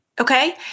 Okay